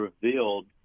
revealed